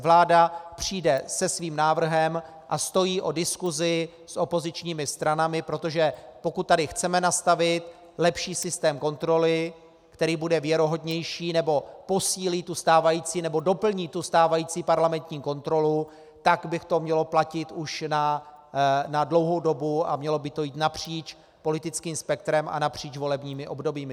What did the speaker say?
Vláda přijde se svým návrhem a stojí o diskusi s opozičními stranami, protože pokud tady chceme nastavit lepší systém kontroly, který bude věrohodnější nebo posílí a doplní stávající parlamentní kontrolu, tak by to mělo platit už na dlouhou dobu a mělo by to jít napříč politickým spektrem a napříč volebními obdobími.